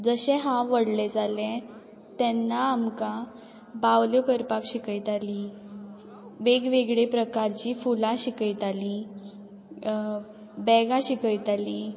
जशें हांव व्हडलें जालें तेन्ना आमकां बावल्यो करपाक शिकयतालीं वेगवेगळीं प्रकारचीं फुलां शिकयतालीं बॅगां शिकयतालीं